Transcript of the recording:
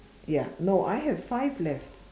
ya no I have five left